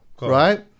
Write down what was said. right